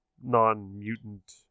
non-mutant